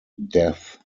death